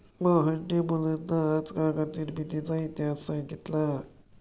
मोहनने मुलांना आज कागद निर्मितीचा इतिहास सांगितला